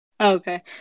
Okay